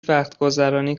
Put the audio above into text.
وقتگذرانی